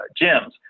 gyms